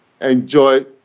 enjoy